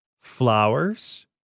flowers